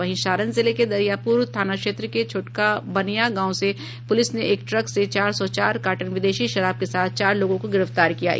वहीं सारण जिले के दरियापुर थाना क्षेत्र के छोटका बनया गांव से पुलिस ने एक ट्रक से एक सौ चार कार्टन विदेशी शराब के साथ चार लोगों को गिरफ्तार किया है